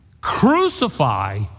crucify